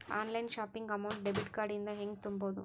Online shopping amount debit card ಇಂದ ಹೆಂಗ್ ತುಂಬೊದು?